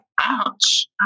ouch